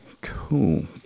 Cool